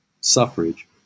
suffrage